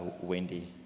Wendy